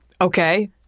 Okay